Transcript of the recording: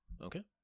Okay